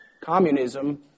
communism